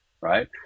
right